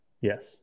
Yes